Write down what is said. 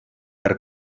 per